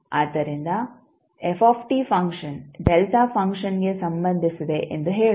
ಆದ್ದರಿಂದ function delta ಫಂಕ್ಷನ್ಗೆ ಸಂಬಂಧಿಸಿದೆ ಎಂದು ಹೇಳೋಣ